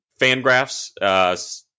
Fangraphs